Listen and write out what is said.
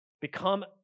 become